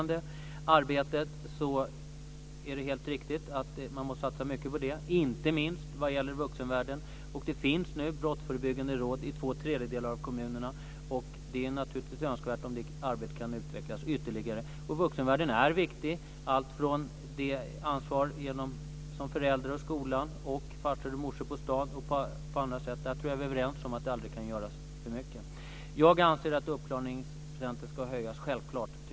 Det är helt riktigt att man måste satsa mycket på det brottsförebyggande arbetet, inte minst när det gäller vuxenvärlden. Det finns nu brottsförebyggande råd i två tredjedelar av kommunerna, och det är naturligtvis önskvärt att det arbetet kan utvecklas ytterligare. Vuxenvärlden är viktig. Det gäller allt från det ansvar som föräldrar och skola har till farsor och morsor på stan och annat. I det fallet tror jag att vi är överens om att det aldrig kan göras för mycket. Jag anser självklart att uppklaringsprocenten ska höjas.